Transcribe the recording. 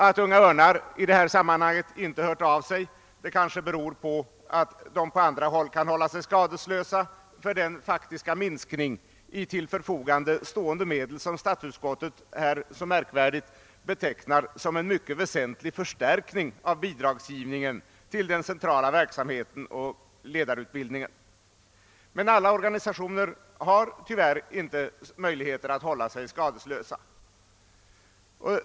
Att Unga örnar inte hört av sig i detta sammanhang kanske beror på att organisationen genom andra åtgärder kan hålla sig skadeslös för den faktiska minskning i till förfogande stående medel som statsutskottet här så märkvärdigt betecknar som en mycket väsentlig förstärkning av bidragsgivningen till den centrala verksamheten och ledarutbildningen. Men alla organisationer har tyvärr inte möjligheter att hålla sig skadeslösa.